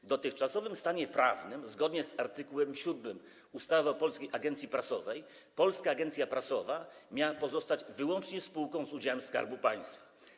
W dotychczasowym stanie prawnym, zgodnie z art. 7 ustawy o Polskiej Agencji Prasowej, Polska Agencja Prasowa miała pozostać wyłącznie spółką z udziałem Skarbu Państwa.